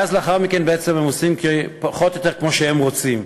ואז לאחר מכן בעצם הם עושים פחות או יותר כמו שהם רוצים.